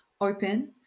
open